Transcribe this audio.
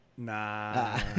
Nah